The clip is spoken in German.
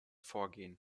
vorgehen